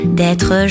d'être